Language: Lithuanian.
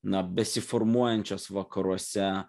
na besiformuojančias vakaruose